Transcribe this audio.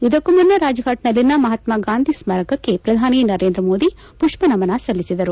ಇದಕ್ಕೂ ಮುನ್ನ ರಾಜ್ಫಾಟ್ನಲ್ಲಿನ ಮಹಾತ್ಮಾ ಗಾಂಧಿ ಸ್ಮಾರಕಕ್ಕೆ ಪ್ರಧಾನಿ ನರೇಂದ್ರ ಮೋದಿ ಮಪ್ತ ನಮನ ಸಲ್ಲಿಸಿದರು